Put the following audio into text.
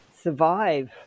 survive